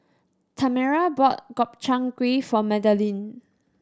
Tamera bought Gobchang Gui for Madalyn